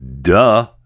duh